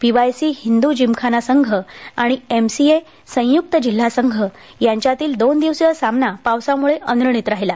PYC हिंद्र जिमखाना संघ आणि एमसीए संयुक्त जिल्हा संघ यांच्यातील दोन दिवसीय सामना पावसामुळे अनिर्णित राहिला